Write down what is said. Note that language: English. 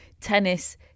tennis